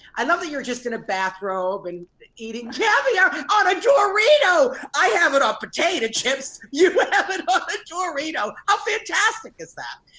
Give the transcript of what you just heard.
i love that you're just in a bathrobe and eating caviar on a dorito! i have it on potato chips. you but have but it but ah dorito! how fantastic is that?